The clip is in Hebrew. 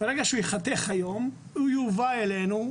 ברגע שהוא ייחתך היום הוא יובע אלינו,